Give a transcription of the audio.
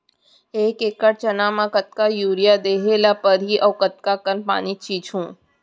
एक एकड़ चना म कतका यूरिया देहे ल परहि अऊ कतका कन पानी छींचहुं?